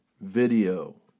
video